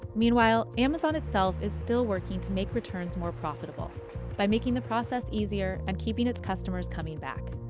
meanwhile, amazon itself is still working to make returns more profitable by making the process easier and keeping its customers coming back.